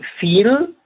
feel